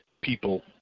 people